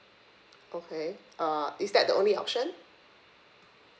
okay uh is that the only option